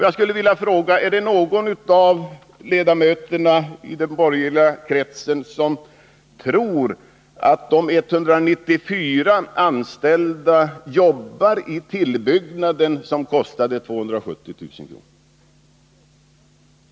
Jag skulle vilja fråga: Är det någon av ledamöterna i den borgerliga kretsen som tror att de 194 anställda jobbar i tillbyggnaden som kostade 270 000 kr.?